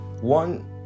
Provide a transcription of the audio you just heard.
one